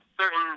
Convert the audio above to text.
certain